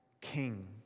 king